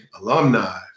alumni